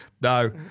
No